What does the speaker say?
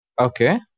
Okay